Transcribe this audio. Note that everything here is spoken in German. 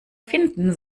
finden